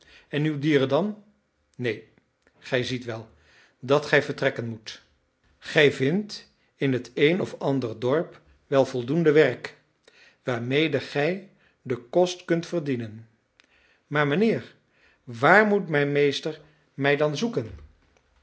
en uw dieren dan neen gij ziet wel dat gij vertrekken moet gij vindt in het een of ander dorp wel voldoende werk waarmede gij den kost kunt verdienen maar mijnheer waar moet mijn meester mij dan zoeken